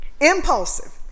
Impulsive